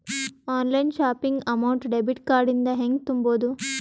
Online shopping amount debit card ಇಂದ ಹೆಂಗ್ ತುಂಬೊದು?